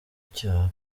icyaha